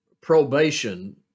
probation